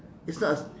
it's not a